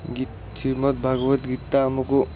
ଗୀ ଶ୍ରୀମଦ ଭାଗବତ ଗୀତା ଆମକୁ